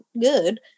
good